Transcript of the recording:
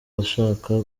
bashaka